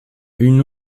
une